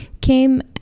came